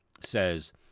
says